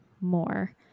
more